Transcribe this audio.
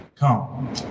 Come